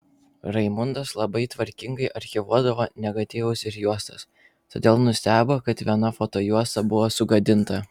raimundas labai tvarkingai archyvuodavo negatyvus ir juostas todėl nustebo kad viena fotojuosta buvo sugadinta